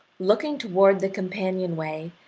looking toward the companionway,